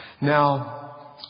Now